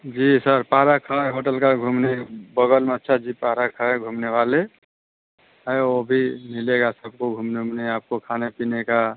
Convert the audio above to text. जी sir park है hotel का घूमने बगल में अच्छा जे पारक है घूमने वाले है वह भी मिलेगा सबको घूमने ऊमने आपको खाने पीने का